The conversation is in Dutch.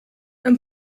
een